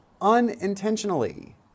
unintentionally